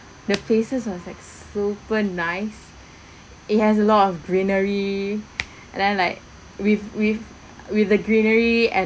the places was like super nice it has a lot of greenery and then like with with with the greenery and